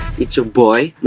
it's your boy.